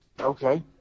Okay